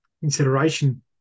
consideration